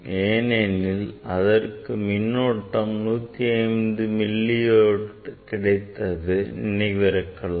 ஏனெனில் அதற்கான மின்னோட்டம் 105 மில்லி வோல்ட் கிடைத்தது நினைவிருக்கலாம்